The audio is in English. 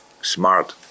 smart